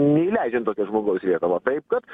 neįleidžiant tokio žmogaus į lietuvą taip kad